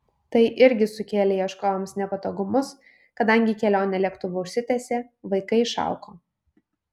tai irgi sukėlė ieškovams nepatogumus kadangi kelionė lėktuvu užsitęsė vaikai išalko